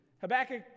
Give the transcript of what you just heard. Habakkuk